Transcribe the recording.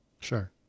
Sure